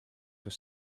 were